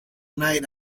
night